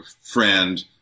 friend